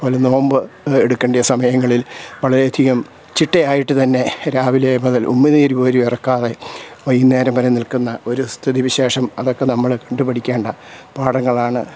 അതുപോലെ നോമ്പ് എടുക്കേണ്ട സമയങ്ങളിൽ വളരെയധികം ചിട്ടയായിട്ടു തന്നെ രാവിലെ മുതൽ ഉമിനീരു പോലും ഇറക്കാതെ വൈകുന്നേരം വരെ നിൽക്കുന്ന ഒരു സ്ഥിതിവിശേഷം അതൊക്കെ നമ്മൾ കണ്ടു പഠിക്കേണ്ട പാഠങ്ങളാണ്